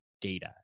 Data